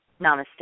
Namaste